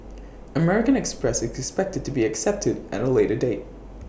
American express is expected to be accepted at A later date